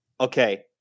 okay